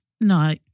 No